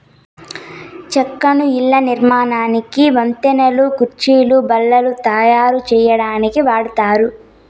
చెక్కను ఇళ్ళ నిర్మాణానికి, వంతెనలు, కుర్చీలు, బల్లలు తాయారు సేయటానికి వాడతారు